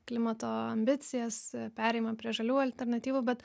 klimato ambicijas perėjimą prie žalių alternatyvų bet